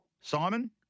Simon